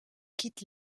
quitte